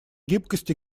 гибкость